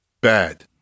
bad